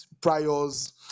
priors